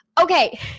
Okay